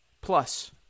plus